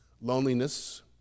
Loneliness